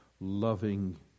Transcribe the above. loving